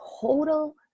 total